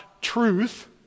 truth